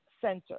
center